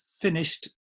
finished